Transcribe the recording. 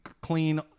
clean